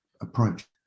approach